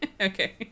Okay